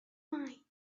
mine